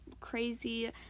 crazy